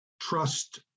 Trust